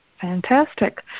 Fantastic